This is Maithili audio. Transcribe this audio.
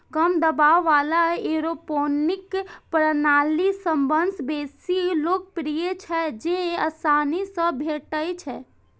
कम दबाव बला एयरोपोनिक प्रणाली सबसं बेसी लोकप्रिय छै, जेआसानी सं भेटै छै